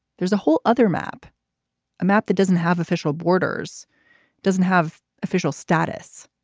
there's a whole other map a map that doesn't have official borders doesn't have official status.